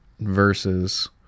versus